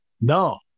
No